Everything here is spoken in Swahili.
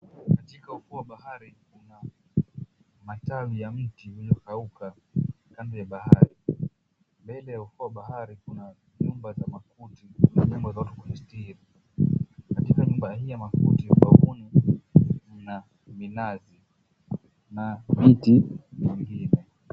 Katika ufuu wa bahari kuna matwai ya mti uliokauka kando ya bahari. Mbele ya ufuu wa bahari kuna nyumba za makuti na vyombo vya kuisitiri. Katika nyumba hii ya makuti umbavuni, mna minazi na miti mingine.